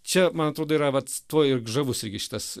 čia man atrodo yra vat tuo ir žavus irgi šitas